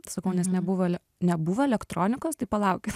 sakau nes nebuvo ele nebuvo elektronikos tai palaukit